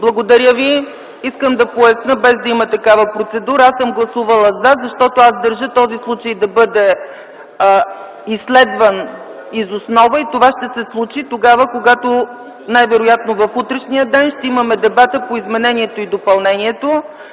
не е прието. Искам да поясня, без да има такава процедура: аз съм гласувала „за”, защото държа този случай да бъде изследван из основа и това ще се случи тогава, когато, най-вероятно в утрешния ден, ще имаме дебат по изменението и допълнението,